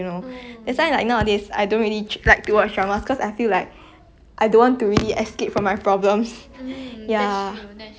yeah what what about you I don't I prefer drama that is like 比较短